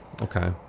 Okay